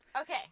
Okay